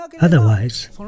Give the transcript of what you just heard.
Otherwise